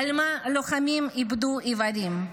על מה לוחמים איבדו איברים?